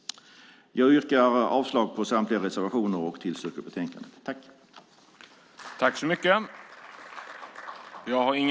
Jag yrkar avslag på samtliga reservationer och tillstyrker utskottets förslag.